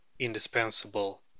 Indispensable